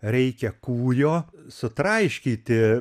reikia kūjo sutraiškyti